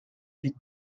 huit